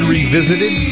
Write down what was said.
Revisited